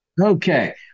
Okay